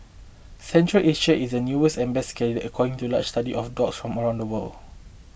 Central Asia is the newest and best candidate according to a large study of dogs from around the world